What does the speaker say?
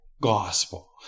gospel